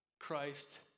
Christ